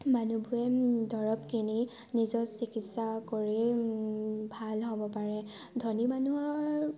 মানুহবোৰে দৰৱ কিনি নিজৰ চিকিৎসা কৰি ভাল হ'ব পাৰে ধনী মানুহৰ